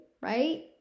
right